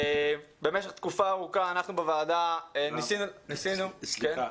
במשך תקופה ארוכה אנחנו בוועדה ניסינו --- סליחה,